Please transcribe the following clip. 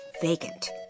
vacant